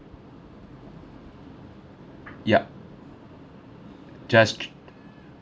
yup just